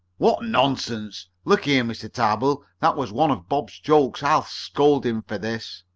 what nonsense! look here, mr. tarbill, that was one of bob's jokes. i'll scold him for this.